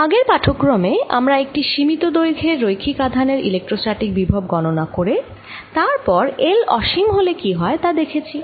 আগের পাঠক্রমে আমরা একটি সীমিত দৈর্ঘ্যের রৈখিক আধানের ইলেক্ট্রোস্ট্যাটিক বিভব গণনা করে তার পর L অসীম হলে কি হয় তা দেখেছি